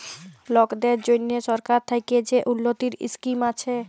লকদের জ্যনহে সরকার থ্যাকে যে উল্ল্যতির ইসকিম আসে